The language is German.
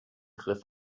griff